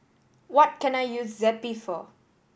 what can I use Zappy for